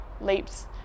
leaps